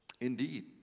Indeed